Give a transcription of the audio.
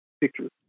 pictures